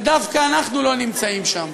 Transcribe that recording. ודווקא אנחנו לא נמצאים שם.